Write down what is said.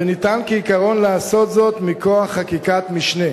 ואפשר, כעיקרון, לעשות זאת מכוח חקיקת משנה.